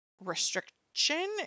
restriction